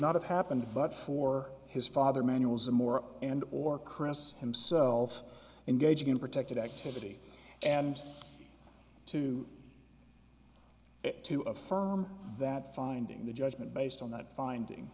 not have happened but for his father manuals and more and or chris himself and gauging protected activity and two to affirm that finding the judgment based on that finding